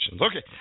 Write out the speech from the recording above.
Okay